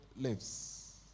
lives